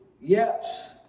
Yes